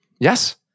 yes